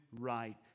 right